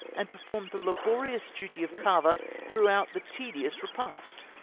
and performed the laborious duty of carver throughout the tedious repast.